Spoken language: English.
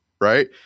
right